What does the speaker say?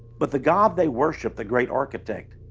but the god they worship, the great architect,